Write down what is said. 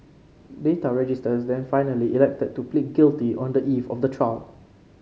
Data Register then finally elected to plead guilty on the eve of the trial